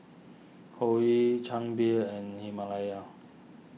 Hoyu Chang Beer and Himalaya